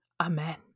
Amen